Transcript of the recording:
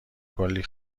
کلی